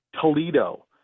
Toledo